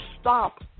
stop